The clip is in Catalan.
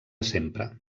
sempre